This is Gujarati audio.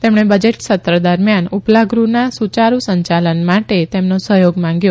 તેમણે બજેટ સત્ર દરમિયાન ઉપલા ગ્રહના સુચારબુ સંચાલન માટે તેમનો સહયોગ માંગ્યો